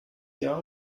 jahr